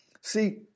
See